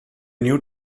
new